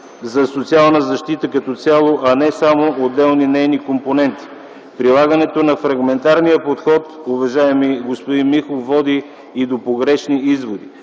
за социална защита като цяло, а не само отделни нейни компоненти. Прилагането на фрагментарния подход, уважаеми господин Миков, води и до погрешни изводи.